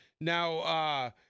Now